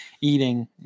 eating